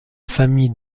famille